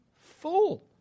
full